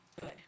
good